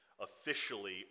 officially